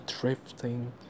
drifting